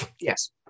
Yes